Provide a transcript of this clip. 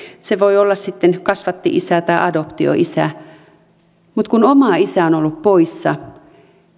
se voi olla kasvatti isä tai adoptioisä kun oma isä on ollut poissa